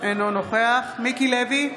אינו נוכח מיקי לוי,